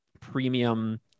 premium